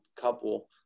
couple